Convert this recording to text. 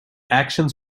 actions